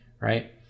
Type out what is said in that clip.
right